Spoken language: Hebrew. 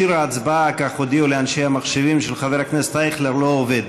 מכשיר ההצבעה של חבר הכנסת אייכלר לא עובד,